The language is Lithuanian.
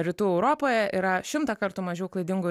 rytų europoje yra šimtą kartų mažiau klaidingų